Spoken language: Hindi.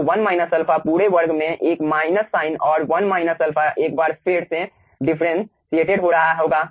तो 1 माइनस अल्फा पूरे वर्ग में एक माइनस साइन और 1 माइनस अल्फा एक बार फिर से डिफ्रेंटिएटेड हो रहा होगा